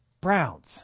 Browns